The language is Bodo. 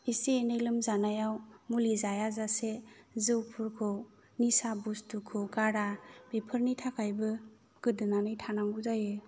एसे एनै लोमजानायाव मुलि जाया जासे जौफोरखौ निसा बुस्तुखौ गारा बेफोरनिथाखायबो गोदोनानै थानांगौ जायो